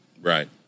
Right